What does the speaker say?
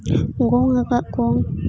ᱜᱚᱝ ᱟᱠᱟᱫ ᱠᱩ